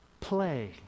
play